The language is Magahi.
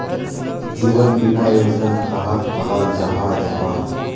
जीवन बीमा योजना कहाक कहाल जाहा जाहा?